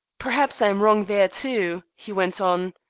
perhaps i am wrong there too, he went on.